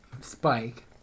spike